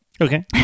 Okay